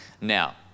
Now